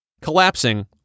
collapsing